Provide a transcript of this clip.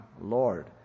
Lord